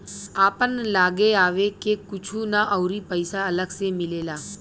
आपन लागे आवे के कुछु ना अउरी पइसा अलग से मिलेला